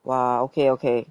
!wah! okay okay